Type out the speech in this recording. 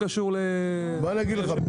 אבל זה לא קשור --- בוא אני אגיד לך,